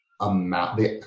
amount